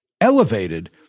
elevated